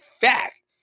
fact